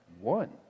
one